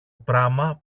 πράμα